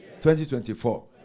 2024